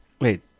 Wait